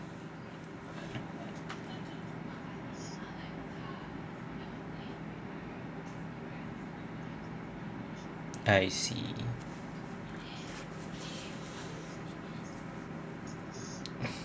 I see